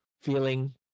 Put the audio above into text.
feeling